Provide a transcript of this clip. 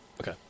Okay